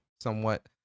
somewhat